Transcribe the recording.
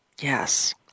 Yes